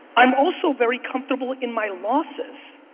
i'm also very comfortable in my losses.